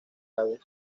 aves